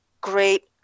great